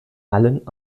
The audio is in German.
allen